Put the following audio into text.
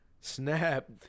Snap